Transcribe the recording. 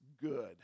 good